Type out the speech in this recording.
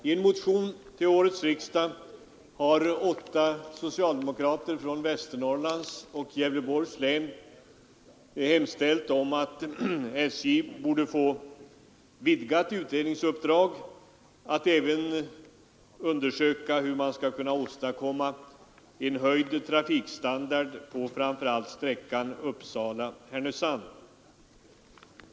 I en motion till årets riksdag har åtta socialdemokrater från Västernorrlands och Gävleborgs län hemställt att SJ skall få vidgat utredningsuppdrag att även undersöka hur man skall kunna åstadkomma en höjd trafikstandard på framför allt sträckan Uppsala—Härnösand.